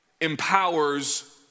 empowers